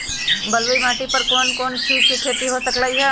बलुई माटी पर कोन कोन चीज के खेती हो सकलई ह?